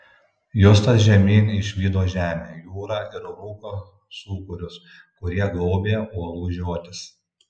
justas žemyn išvydo žemę jūrą ir rūko sūkurius kurie gaubė uolų žiotis